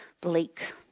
bleak